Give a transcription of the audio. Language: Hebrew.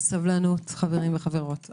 סבלנות, חברים וחברות.